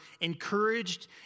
encouraged